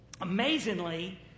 amazingly